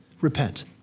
repent